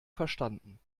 verstanden